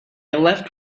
left